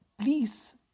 please